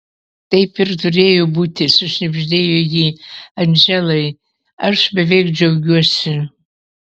taip ir turėjo būti sušnibždėjo ji andželai aš beveik džiaugiuosi